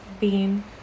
bean